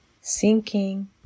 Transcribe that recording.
Sinking